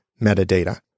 metadata